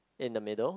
in the middle